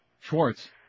Schwartz